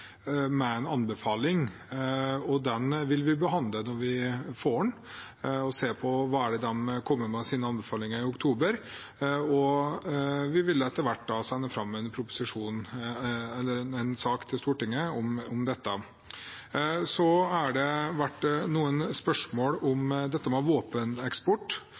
med en anbefaling i oktober. Den vil vi behandle når vi får den, og se på hva de kommer med av anbefalinger. Så vil vi etter hvert sende en sak til Stortinget om det. Det har også vært noen spørsmål om våpeneksport.